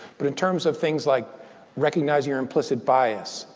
but in terms of things like recognizing your implicit bias,